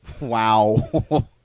Wow